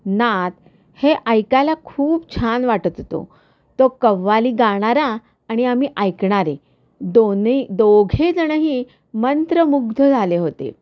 नाद हे ऐकायला खूप छान वाटत होतो तो कव्वाली गाणारा आणि आम्ही ऐकणारे दोन्ही दोघेजणंही मंत्रमुग्ध झाले होते